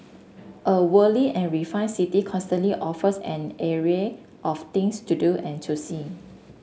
a worldly and refined city constantly offers an array of things to do and to see